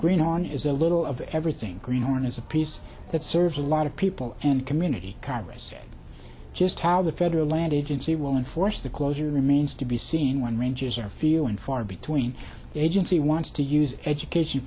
green on is a little of everything green horn is a piece that serves a lot of people and community congress just how the federal land agency will enforce the closure remains to be seen when rangers are feeling far between agency wants to use education